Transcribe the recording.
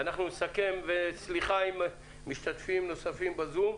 ואנחנו נסכם, וסליחה ממשתתפים נוספים בזום.